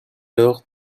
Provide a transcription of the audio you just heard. lors